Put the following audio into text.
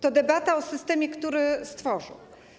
To debata o systemie, który stworzył.